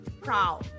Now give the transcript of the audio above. proud